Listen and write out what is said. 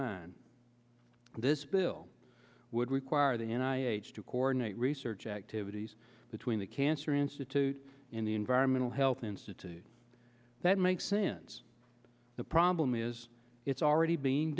mine this bill would require that and i age to coordinate research activities between the cancer institute in the environmental health institute that makes since the problem is it's already be